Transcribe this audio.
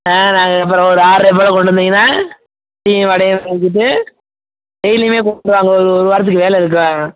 ஆ நாங்கள் அப்புறம் ஒரு ஆறர போல் கொண்டு வந்தீங்கன்னா டீயும் வடையும் வாங்கிட்டு டெய்லியுமே கொண்டு வாங்க ஒரு ஒரு வாரத்துக்கு வேலை இருக்கும்